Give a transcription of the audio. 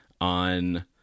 on